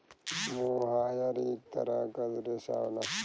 मोहायर इक तरह क रेशा होला